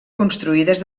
construïdes